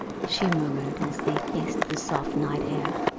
she murmured, as they faced the soft night air.